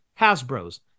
hasbros